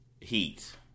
Heat